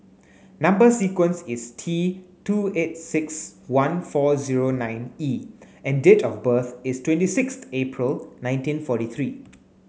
number sequence is T two eight six one four zero nine E and date of birth is twenty sixth April nineteen forty three